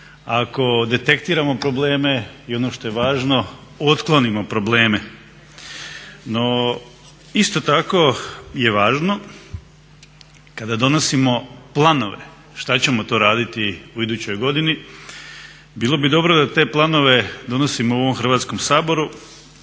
ako detektiramo probleme i ono što je važno otklonimo probleme. No, isto tako je važno kada donosimo planove šta ćemo to raditi u idućoj godini bilo bi dobro da te planove donosimo u ovom Hrvatskom saboru,